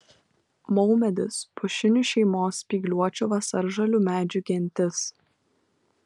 maumedis pušinių šeimos spygliuočių vasaržalių medžių gentis